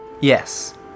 Yes